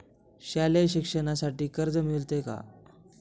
शालेय शिक्षणासाठी कर्ज मिळते का?